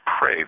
pray